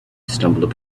stumbled